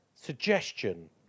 Suggestion